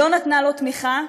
לא נתנה לו תמיכה,